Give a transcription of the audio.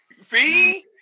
See